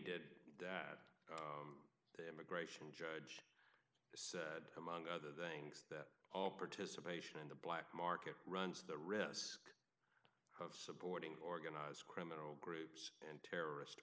did that the immigration judge said among other things that all participation in the black market runs the risk of supporting organized criminal groups and terrorist